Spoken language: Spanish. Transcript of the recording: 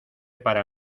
para